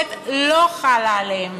שהביקורת לא חלה עליהן.